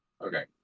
Okay